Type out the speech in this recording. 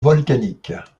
volcaniques